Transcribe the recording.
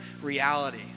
reality